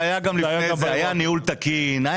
היה ניהול תקין.